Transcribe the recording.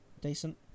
Decent